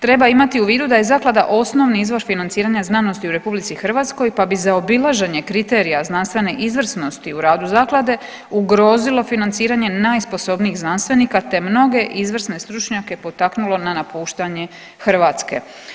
Treba imati u vidu da je zaklada osnovni izvor financiranja znanosti u Republici Hrvatskoj, pa bi zaobilaženje kriterija znanstvene izvrsnosti u radu zaklade ugrozilo financiranje najsposobnijih znanstvenika, te mnoge izvrsne stručnjake potaknulo na napuštanje Hrvatske.